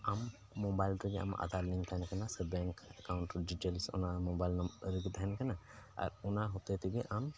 ᱟᱢ ᱢᱳᱵᱟᱭᱤᱞ ᱛᱮᱜᱮ ᱟᱢᱟᱜ ᱟᱫᱷᱟᱨ ᱞᱤᱝᱠ ᱛᱟᱦᱮᱱ ᱠᱟᱱᱟ ᱥᱮ ᱵᱮᱝᱠ ᱮᱠᱟᱣᱩᱱᱴ ᱨᱮ ᱰᱤᱴᱮᱞᱥ ᱚᱱᱟ ᱢᱳᱵᱟᱭᱤᱞ ᱨᱮᱜᱮ ᱛᱟᱦᱮᱱ ᱠᱟᱱᱟ ᱟᱨ ᱚᱱᱟ ᱦᱚᱛᱮᱡ ᱛᱮᱜᱮ ᱟᱢ